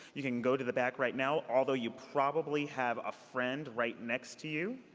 you can go to the back right now, although you probably have a friend right next to you.